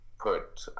put